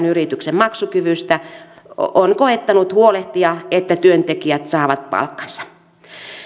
yrityksen maksukyvystä on koettanut huolehtia että työntekijät saavat palkkansa